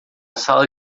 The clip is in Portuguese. sala